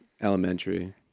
elementary